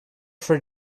for